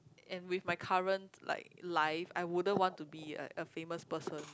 and with my current like life I wouldn't want to be like a famous person